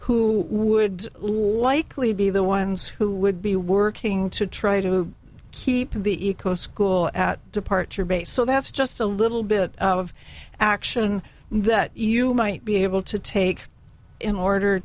who would likely be the ones who would be working to try to keep the eco school at departure bay so that's just a little bit of action that you might be able to take in order